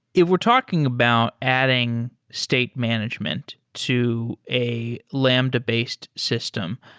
if we're talking about adding state management to a lambda-based system,